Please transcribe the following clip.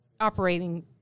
operating